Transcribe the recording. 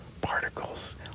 Particles